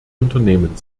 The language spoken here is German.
unternehmen